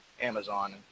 Amazon